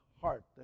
heart